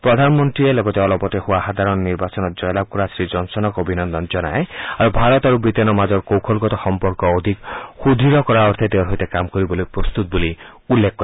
প্ৰধানমন্ত্ৰী লগতে অলপতে হোৱা সাধাৰণ নিৰ্বাচনত জয়লাভ কৰা শ্ৰীজনছনক অভিনন্দন জনায় আৰু ভাৰত আৰু ৱিটেইনৰ মাজৰ কৌশলগত সম্পৰ্ক অধিক সুদ্য় কৰাৰ অৰ্থে তেওঁৰ সৈতে কাম কৰিবলৈ প্ৰস্তত বুলি উল্লেখ কৰে